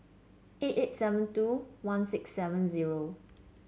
eight eight seven two one six seven zero